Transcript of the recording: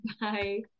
Bye